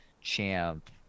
champ